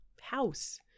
house